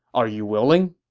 are you willing?